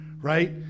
right